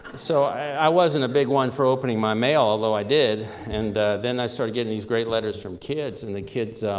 so i wasn't a big one for opening my mail, although i did, and then i started getting these great letters from kids, and the kids